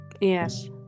yes